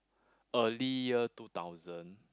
early year two thousand